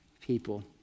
people